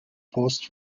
post